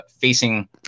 facing